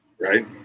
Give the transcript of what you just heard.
right